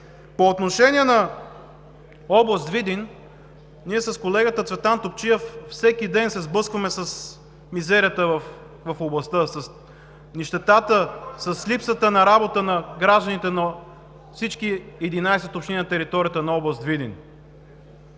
По отношение на област Видин ние с колегата Цветан Топчиев всеки ден се сблъскваме с мизерията в областта, с нищетата, с липсата на работа на гражданите на всичките 11 общини на територията на област Видин.